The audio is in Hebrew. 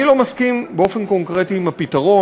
אני לא מסכים באופן קונקרטי עם הפתרון.